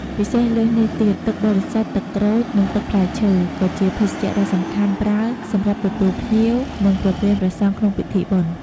ពិសេសលើសនេះទៀតទឹកបរិសុទ្ធ ទឹកក្រូច និងទឹកផ្លែឈើ ក៏ជាភេសជ្ជៈដ៏សំខាន់ប្រើសម្រាប់ទទួលភ្ញៀវ និងប្រគេនព្រះសង្ឃក្នុងពិធីបុណ្យ។